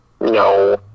No